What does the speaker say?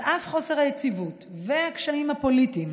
על אף חוסר היציבות והקשיים הפוליטיים,